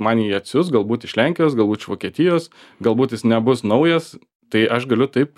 man jį atsiųs galbūt iš lenkijos galbūt iš vokietijos galbūt jis nebus naujas tai aš galiu taip